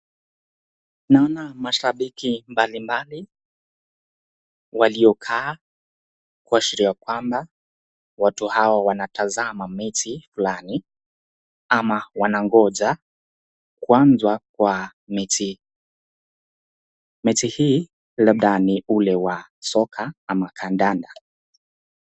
Naona mashabikii mbali mbali waliokaa kuashiria kwamba watu hao wanataza mechi fulani ama wanangoja kuanzwa kwa mechi, mechi hii labda ni ule wa soka ama kandanda